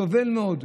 סובל מאוד.